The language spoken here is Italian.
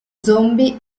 zombie